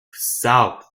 south